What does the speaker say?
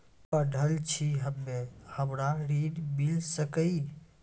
पढल छी हम्मे हमरा ऋण मिल सकई?